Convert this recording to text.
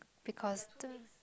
because the